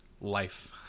life